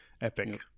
epic